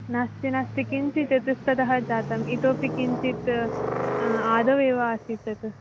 नास्ति नास्ति किञ्चित् इतस्ततः जातम् इतोपि किञ्चित् आदौ एव आसीत् तत्